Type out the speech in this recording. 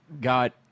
got